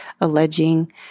alleging